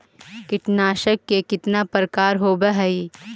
कीटनाशक के कितना प्रकार होव हइ?